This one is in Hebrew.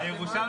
מהמשטרה,